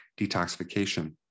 detoxification